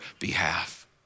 behalf